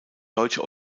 deutsche